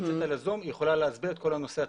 נמצאת בזום והיא יכולה להסביר את כל הנושא התכנוני.